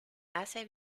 hace